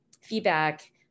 feedback